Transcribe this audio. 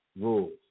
rules